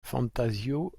fantasio